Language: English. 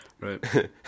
right